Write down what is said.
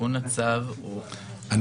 התיקון המוצע הוא על